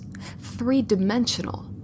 three-dimensional